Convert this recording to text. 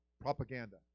propaganda